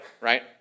right